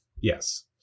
Yes